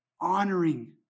honoring